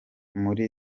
muri